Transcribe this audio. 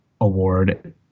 Award